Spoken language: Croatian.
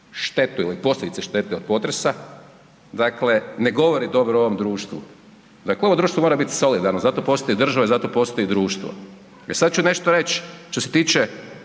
štetu ili posljedice štete od potresa, ne govore dobro o ovom društvu. Dakle, ovo društvo mora biti solidarno, zato postoji država i zato postoji društvo jer sad ću nešto reći što se tiče